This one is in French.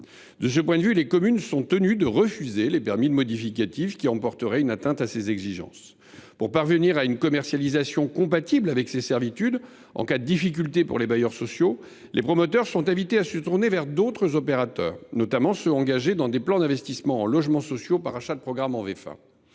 De ce point de vue, les communes sont tenues de refuser les permis modificatifs qui emporteraient une atteinte à ces exigences. Afin de parvenir à une commercialisation compatible avec ces servitudes, en cas de difficulté pour les bailleurs sociaux, les promoteurs sont invités à se tourner vers d’autres opérateurs, notamment ceux engagés dans des plans d’investissement en logements sociaux par achat de programmes en vente